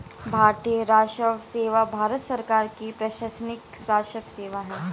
भारतीय राजस्व सेवा भारत सरकार की प्रशासनिक राजस्व सेवा है